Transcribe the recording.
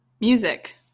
music